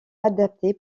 adapté